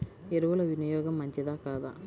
ఎరువుల వినియోగం మంచిదా కాదా?